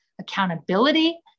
accountability